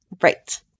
Right